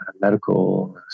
medical